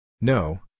No